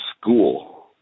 school